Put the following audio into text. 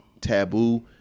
taboo